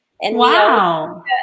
wow